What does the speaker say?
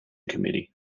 committee